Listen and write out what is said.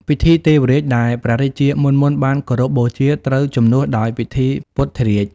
ពិធីទេវរាជដែល ព្រះរាជាមុនៗបានគោរពបូជាត្រូវជំនួសដោយពិធីពុទ្ធរាជ ។